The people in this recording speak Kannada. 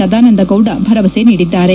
ಸದಾನಂದ ಗೌಡ ಭರವಸೆ ನೀಡಿದ್ದಾರೆ